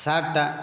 shirt ଟା